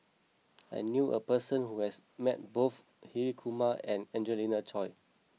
I knew a person who has met both Hri Kumar and Angelina Choy